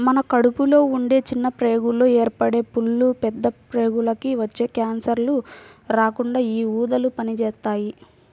మన కడుపులో ఉండే చిన్న ప్రేగుల్లో ఏర్పడే పుళ్ళు, పెద్ద ప్రేగులకి వచ్చే కాన్సర్లు రాకుండా యీ ఊదలు పనిజేత్తాయి